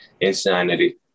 insanity